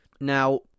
now